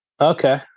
Okay